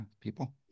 people